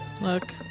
Look